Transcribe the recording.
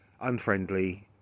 unfriendly